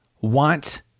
want